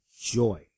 joy